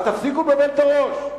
אז תפסיקו לבלבל את הראש.